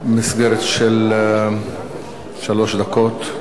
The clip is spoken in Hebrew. במסגרת של שלוש דקות.